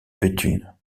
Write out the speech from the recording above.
béthune